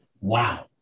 wow